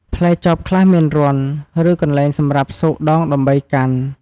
ផ្លែចបខ្លះមានរន្ធ ឬកន្លែងសម្រាប់ស៊កដងដើម្បីកាន់។